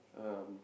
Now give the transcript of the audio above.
um